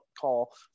call